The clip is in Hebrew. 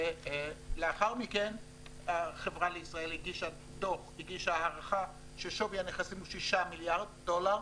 ולאחר מכן החברה לישראל הגישה הערכה ששווי הנכסים הוא 6 מיליארד דולר.